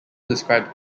described